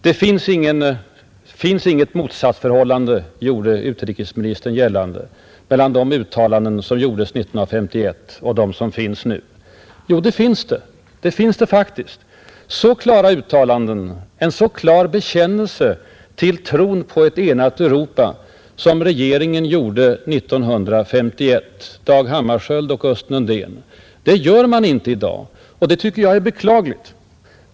Det finns inget motsatsförhållande här, gjorde utrikesministern gällande, mellan de uttalanden som gjordes 1951 och de som gjorts nu, Jo, det finns det faktiskt. Så klara uttalanden och en så klar bekännelse till tron på ett enat Europa som regeringen gjorde 1951 genom Dag Hammarskjöld och Östen Undén gör man inte i dag, och det tycker jag är beklagligt.